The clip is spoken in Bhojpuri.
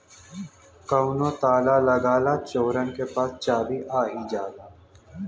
कउनो ताला लगा ला चोरन के पास चाभी आ ही जाला